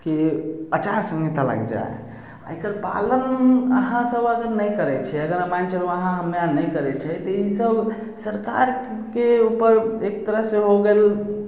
की अचारसंहिता लागि जाइ हइ एहिसे पालन अहाँ सब अगर नहि करै छियै अगर मानि कऽ चलू अहाँ हम्मे आर नहि करै छियै तऽ इसब सरकारके उपर एक तरह से हो गेल